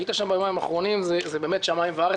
היית שם בימיים האחרונים, זה באמת שמיים וארץ.